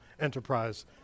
enterprise